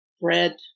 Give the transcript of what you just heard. bread